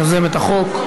יוזמת החוק.